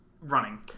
running